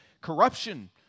corruption